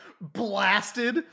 blasted